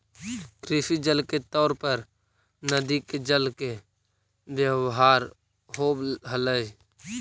कृषि जल के तौर पर नदि के जल के व्यवहार होव हलई